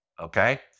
okay